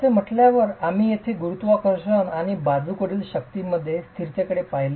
असे म्हटल्यावर आम्ही येथे गुरुत्वाकर्षण आणि बाजूकडील शक्तींमधील स्थिरतेकडे पाहिले